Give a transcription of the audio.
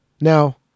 Now